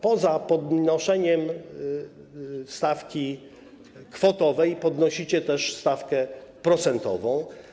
Poza podnoszeniem stawki kwotowej podnosicie też stawkę procentową.